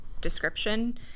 description